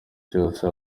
cyose